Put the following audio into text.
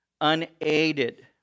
unaided